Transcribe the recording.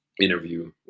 interview